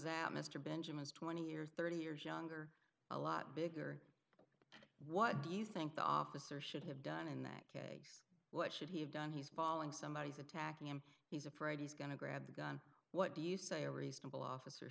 that mr benjamin is twenty or thirty years younger a lot bigger what do you think the officer should have done in that case what should he have done he's following somebody is attacking him he's afraid he's going to grab the gun what do you say a reasonable officer